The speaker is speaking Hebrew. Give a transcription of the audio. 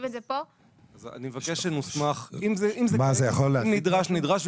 אם זה נדרש נדרש.